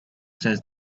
says